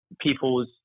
people's